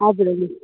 हजुर हजुर